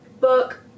book